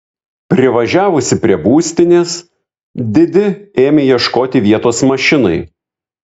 privažiavusi prie būstinės didi ėmė ieškoti vietos mašinai